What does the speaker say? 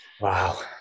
Wow